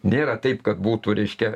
nėra taip kad būtų reiškia